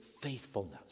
faithfulness